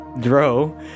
Dro